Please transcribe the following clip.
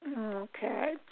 Okay